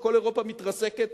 כשכל אירופה מתרסקת